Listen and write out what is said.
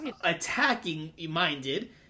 attacking-minded